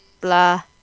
Blah